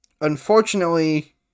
Unfortunately